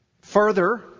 Further